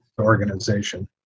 organization